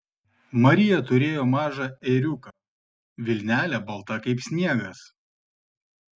marija turėjo mažą ėriuką vilnelė balta kaip sniegas